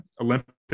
Olympic